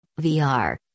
VR